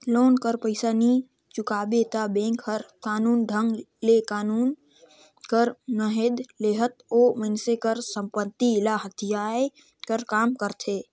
loan कर पइसा नी चुकाबे ता बेंक हर कानूनी ढंग ले कानून कर मदेत लेहत ओ मइनसे कर संपत्ति ल हथियाए कर काम करथे